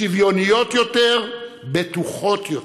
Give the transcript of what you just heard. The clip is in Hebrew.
שוויוניות יותר, בטוחות יותר.